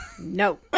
No